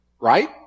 Right